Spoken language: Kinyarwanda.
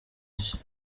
nshya